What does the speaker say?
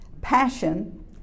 passion